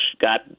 got